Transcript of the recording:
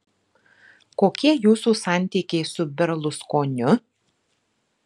kokie jūsų santykiai su berluskoniu